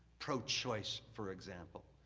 pro choice, for example,